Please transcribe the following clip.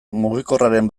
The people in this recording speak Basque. mugikorraren